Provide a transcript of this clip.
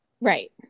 Right